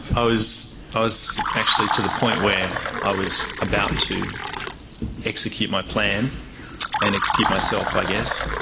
i was i was actually to the point where i was about to execute my plan and execute myself, i guess.